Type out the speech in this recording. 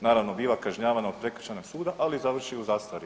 Naravno biva kažnjavana od Prekršajnog suda, ali završi u zastari.